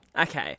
Okay